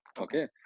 Okay